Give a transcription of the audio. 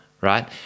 right